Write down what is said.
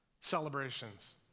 celebrations